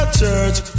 church